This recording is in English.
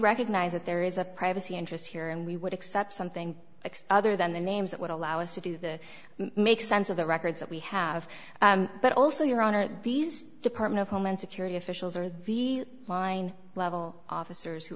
recognize that there is a privacy interest here and we would accept something other than the names that would allow us to do the make sense of the records that we have but also your honor these department of homeland security officials or the line level officers who